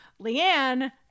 Leanne